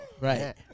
Right